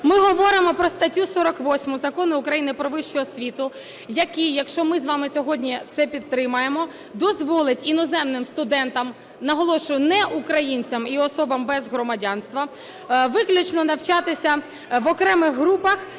Ми говоримо про статтю 48 Закону України "Про вищу освіту", який, якщо ми з вами сьогодні це підтримаємо, дозволить іноземним студентам (наголошую, неукраїнцям і особам без громадянства) виключно навчатися в окремих групах